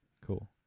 Cool